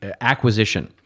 acquisition